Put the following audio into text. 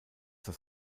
das